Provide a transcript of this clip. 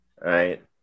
Right